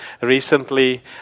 recently